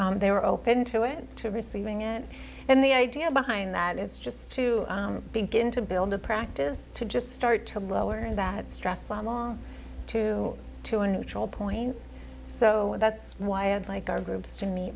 and they were open to it to receiving it and the idea behind that is just to begin to build a practice to just start to lower that stress along too to a neutral point so that's why i would like our groups to meet